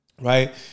right